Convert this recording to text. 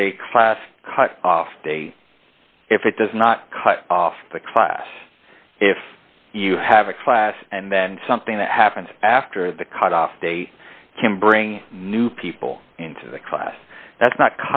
a class cut off if it does not cut off the class if you have a class and then something that happens after the cutoff date can bring new people into the class that's not